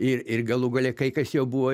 ir ir galų gale kai kas jau buvo